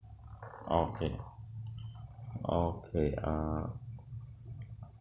ah okay okay err